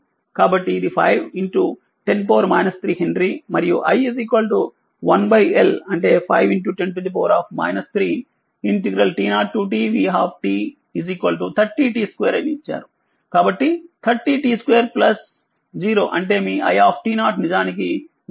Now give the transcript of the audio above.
కాబట్టిఇది5 10 3హెన్రీ మరియు i 1Lఅంటే510 3 t0tvt 30 t2 ఇచ్చారు కాబట్టి 30t2 dt 0 అంటే మీi నిజానికి0